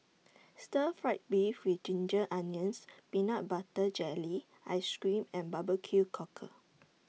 Stir Fried Beef with Ginger Onions Peanut Butter Jelly Ice Cream and Barbecue Cockle